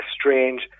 strange